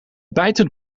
bijtend